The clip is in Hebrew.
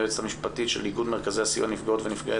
היועצת המשפטית של איגוד מרכזי הסיוע לנפגעות ונפגעי